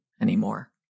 anymore